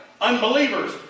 unbelievers